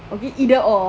okay either or